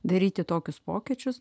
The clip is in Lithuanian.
daryti tokius pokyčius